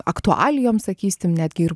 aktualijoms sakysim netgi ir